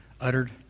uttered